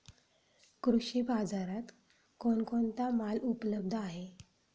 कृषी बाजारात कोण कोणता माल उपलब्ध आहे?